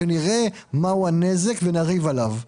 כשנראה מהו הנזק ונריב עליו.